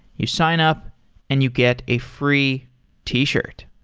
you sign up and you get a free t-shirt.